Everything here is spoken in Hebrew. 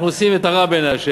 אנחנו עושים את הרע בעיני השם,